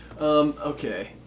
okay